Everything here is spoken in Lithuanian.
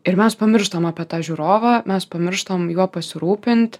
ir mes pamirštam apie tą žiūrovą mes pamirštam juo pasirūpint